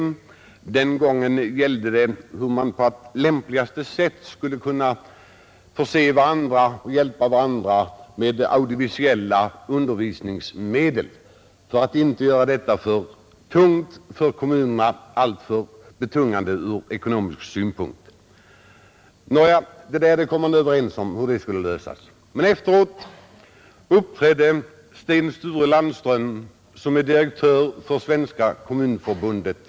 Jag var närvarande vid det sammanträdet. Frågan gällde hur man på lämpligaste sätt skulle kunna hjälpa varandra med anskaffandet av audiovisuella undervisningsmedel för att detta inte skulle bli alltför ekonomiskt betungande för kommunerna. Hur den frågan skulle lösas kom man överens om. Men efteråt uppträdde Sten-Sture Landström, som är direktör för Svenska kommunförbundet.